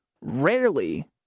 Rarely